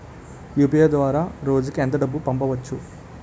UPI ద్వారా రోజుకి ఎంత డబ్బు పంపవచ్చు?